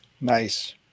Nice